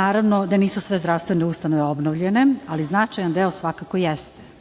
Naravno da nisu sve zdravstvene ustanove obnovljene, ali značajan deo svakako jeste.